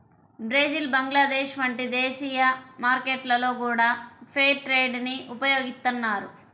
Brazil Bangladesh వంటి దేశీయ మార్కెట్లలో గూడా ఫెయిర్ ట్రేడ్ ని ఉపయోగిత్తన్నారు